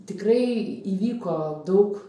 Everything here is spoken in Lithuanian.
tikrai įvyko daug